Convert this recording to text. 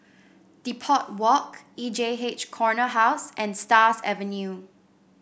Depot Walk E J H Corner House and Stars Avenue